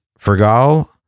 Fergal